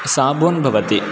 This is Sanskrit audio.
साबून् भवति